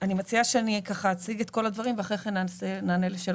אני מציעה שאני אציג את כל הדברים ואחר כך נענה לשאלות.